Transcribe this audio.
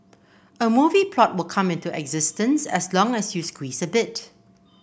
a movie plot will come into existence as long as you squeeze a bit